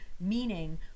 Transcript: Meaning